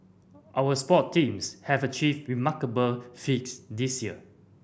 our sport teams have achieved remarkable feats this year